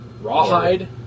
Rawhide